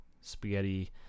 spaghetti